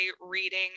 reading